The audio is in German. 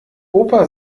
opa